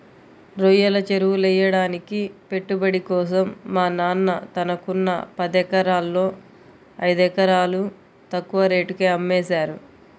రొయ్యల చెరువులెయ్యడానికి పెట్టుబడి కోసం మా నాన్న తనకున్న పదెకరాల్లో ఐదెకరాలు తక్కువ రేటుకే అమ్మేశారు